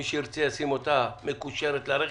מי שירצה ישים אותה מקושרת לרכב,